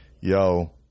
yo